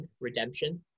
Redemption